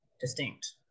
distinct